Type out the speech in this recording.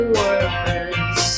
words